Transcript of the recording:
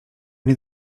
nie